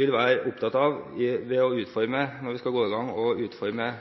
vil være opptatt av når vi skal gå i gang og utforme